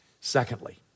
Secondly